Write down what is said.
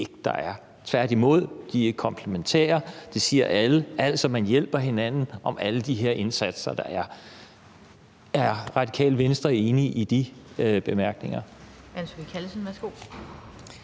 tværtimod. De er komplementære, det siger alle, altså, man hjælper hinanden med alle de indsatser, der er. Er Radikale Venstre enig i de bemærkninger?